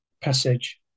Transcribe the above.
Passage